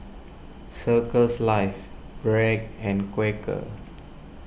Circles Life Bragg and Quaker